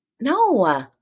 No